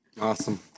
Awesome